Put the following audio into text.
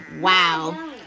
Wow